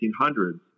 1800s